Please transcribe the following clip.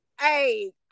Hey